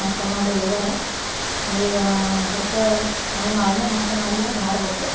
ನಾಷ್ಟ ಮಾಡಿ ಹೋಗ್ಯಾರೆ ಈಗ ಅದಕ್ಕೆ ನಾವಿನ್ನೂ ನಾಷ್ಟ ಮಾಡಿಲ್ಲ ಮಾಡ್ಬೇಕು